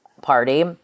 party